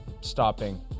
stopping